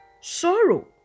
sorrow